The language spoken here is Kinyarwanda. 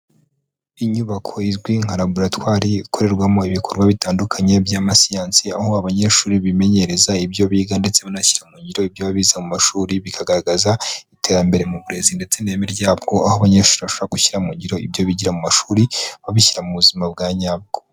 Inyubako izwi nka laboratwari ikorerwamo ibikorwa bitandukanye by'amasiyansi, aho abanyeshuri bimenyereza ibyo biga ndetse banashyira mu ngiro ibyo bize mu mashuri, bikagaragaza iterambere mu burezi ndetse n'ireme ryabwo, aho abanyeshuri bashobora gushyira mungiro ibyo bigira mu mashuri, babishyira mu buzima bwa nyabwo.